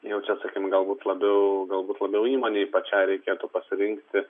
jau čia sakykim galbūt labiau galbūt labiau įmonei pačiai reikėtų pasirinkti